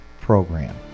program